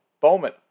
Bowman